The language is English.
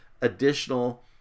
additional